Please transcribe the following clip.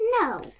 No